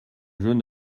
jeune